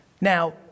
Now